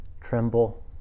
tremble